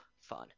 fun